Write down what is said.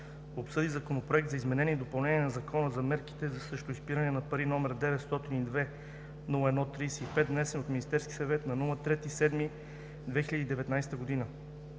обсъди Законопроект за изменение и допълнение на Закона за мерките срещу изпирането на пари, № 902 01-35, внесен от Министерския съвет на 3 юли 2019 г.